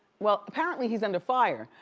well apparently, he's under fire.